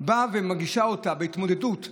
באה ומגישה אותה להתמודדות במכרזים,